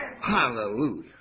Hallelujah